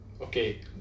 Okay